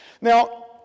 Now